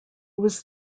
was